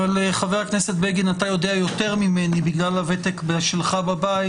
אבל חבר הכנסת בגין אתה יודע יותר ממני בגלל הוותק שלך בבית,